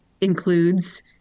includes